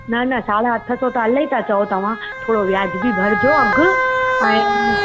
न न साढ़ा अठ सौ त इलाही था चयो तव्हां थोरो व्याजबी भरिजो अघु ऐं